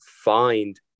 find